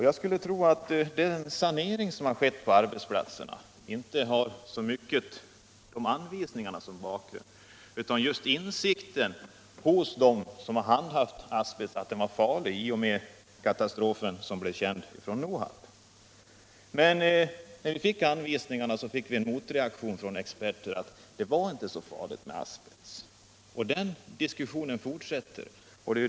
Jag skulle tro att den sanering som skett på arbetsplatserna inte så mycket haft anvisningarna som bakgrund utan just insikten hos dem som handhaft asbest, att den är farlig — i och med att katastrofen vid Nohab blev känd. Men när anvisningarna gavs ut kom en motreaktion från experter: det var inte så farligt med asbest. Den diskussionen fortsätter.